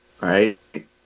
right